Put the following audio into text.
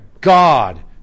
God